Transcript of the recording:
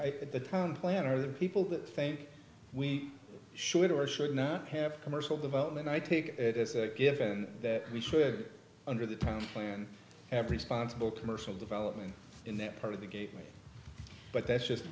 that the term plan or the people that think we should or should not have commercial development i take it as a given that we should under the plan every sponsible commercial development in that part of the gately but that's just